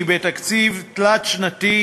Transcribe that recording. כי תקציב תלת-שנתי